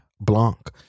blanc